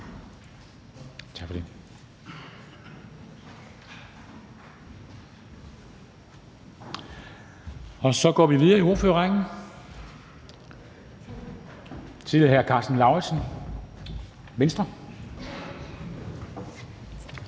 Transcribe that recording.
Tak for det. Så går vi videre i ordførerrækken til hr. Karsten Lauritzen, Venstre.